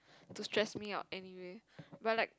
to stress me out anyway but like